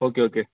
okay okay